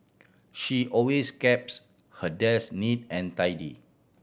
she always keeps her desk neat and tidy